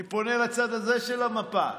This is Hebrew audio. אני פונה לצד הזה של המפה: